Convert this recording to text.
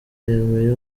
yemeye